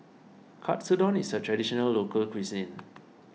Katsudon is a Traditional Local Cuisine